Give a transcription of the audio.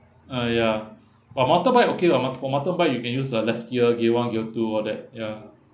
uh ya but mountain bike okay oh for mountain bike you can use a less gear gear one gear two all that ya